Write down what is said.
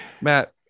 matt